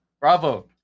Bravo